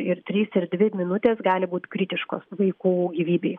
ir trys ir dvi minutės gali būt kritiškos vaikų gyvybei